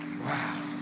Wow